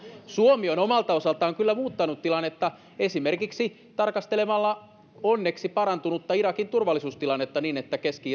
suomi on omalta osaltaan kyllä muuttanut tilannetta esimerkiksi tarkastelemalla onneksi parantunutta irakin turvallisuustilannetta niin että keski